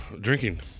drinking